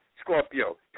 Scorpio